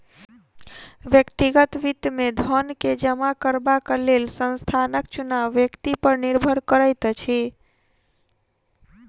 व्यक्तिगत वित्त मे धन के जमा करबाक लेल स्थानक चुनाव व्यक्ति पर निर्भर करैत अछि